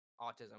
autism